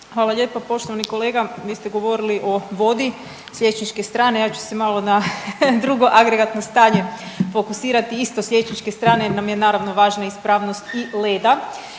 Hvala lijepa. Poštovani kolega vi ste govorili o vodi s liječničke strane, ja ću se malo na drugo agregatno stanje fokusirati isto s liječničke strane jer nam je naravno važna ispravnost i leda,